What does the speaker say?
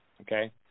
okay